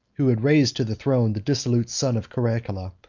who had raised to the throne the dissolute son of caracalla,